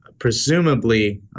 presumably